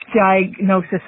diagnosis